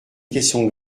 question